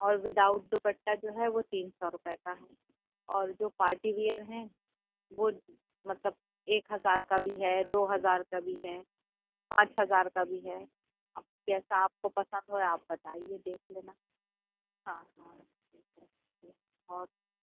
اور without dupatta جو ہے وہ تین سو روپے کا ہے اور جو پارٹی ویئر ہیں وہ مطلب ایک ہزار کا بھی ہے دو ہزار کا بھی ہے پانچ ہزار کا بھی ہے اب جیسا آپ کو پسند ہو آپ بتائیے دیکھ لینا ہاں ہاں اور